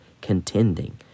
contending